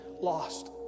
lost